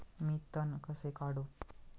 मी तण कसे काढू?